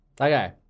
Okay